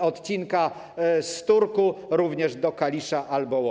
odcinka z Turku również do Kalisza albo Łodzi?